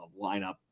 lineup